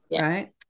Right